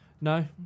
No